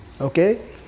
okay